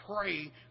pray